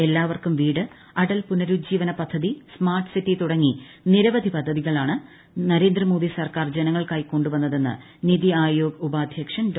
എല്ലാവർക്കും വീട് അടൽ പുനരുജ്ജീവന പദ്ധതി സ്മാർട്ട് സിറ്റി തുടങ്ങി നിരവധി പദ്ധതികളാണ് നരേന്ദ്രമോദി സർക്കാർ ജനങ്ങൾക്കായി കൊണ്ടുവന്നതെന്ന് നിതി ആയോഗ് ഉപാധ്യക്ഷൻ ഡോ